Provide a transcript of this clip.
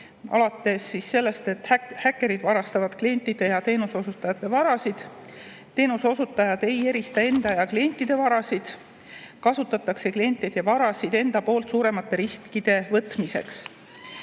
alates sellest, et häkkerid varastavad klientide ja teenuseosutajate varasid, teenuseosutajad ei erista enda ja klientide varasid ning kasutatakse klientide varasid suuremate riskide võtmiseks.